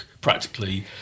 practically